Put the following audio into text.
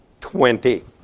twenty